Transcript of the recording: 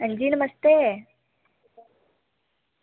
अंजी नमस्ते